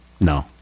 No